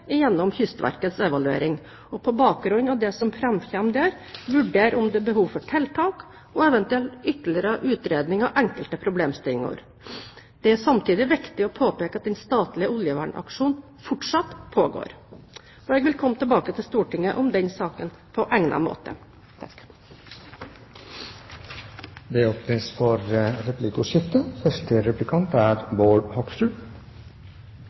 Kystverkets evaluering, og på bakgrunn av det som framkommer der, vurdere om det er behov for tiltak og eventuelt ytterligere utredning av enkelte problemstillinger. Det er samtidig viktig å påpeke at den statlige oljevernaksjonen fortsatt pågår. Jeg vil komme tilbake til Stortinget om den saken på egnet måte. Det blir replikkordskifte. Jeg registrerer at statsråden ikke tar konsekvensene av det